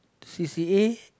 c_c_a